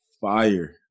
fire